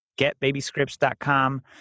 Getbabyscripts.com